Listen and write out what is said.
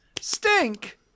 Stink